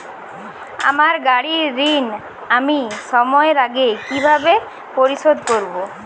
আমার গাড়ির ঋণ আমি সময়ের আগে কিভাবে পরিশোধ করবো?